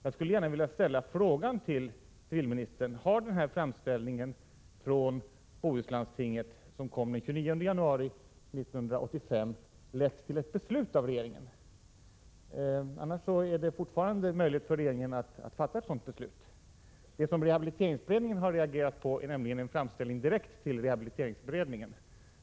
Jag vill fråga civilministern: Har framställningen från Bohuslandstinget den 29 januari 1985 lett till ett beslut av regeringen? I annat fall är det fortfarande möjligt för regeringen att fatta ett sådant beslut. Det som gjort att rehabiliteringsberedningen har reagerat är nämligen en framställning som gjorts direkt till rehabiliteringsberedningen.